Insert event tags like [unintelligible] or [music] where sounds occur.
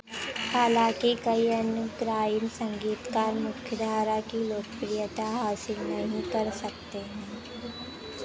हालाँकि कई अन्य [unintelligible] संगीतकार मुख्यधारा की लोकप्रियता हासिल नहीं कर सकते हैं